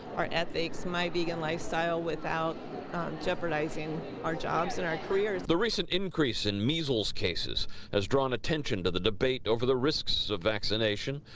our ethics, my vegan lifestyle, without jeopardizing our jobs and our careers the recent increase in measles cases has drawn attention to the debate over the risks of vaccination.